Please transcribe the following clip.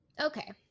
okay